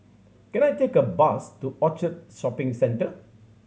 can I take a bus to Orchard Shopping Centre